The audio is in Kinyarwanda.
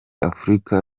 afurika